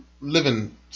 living